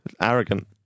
Arrogant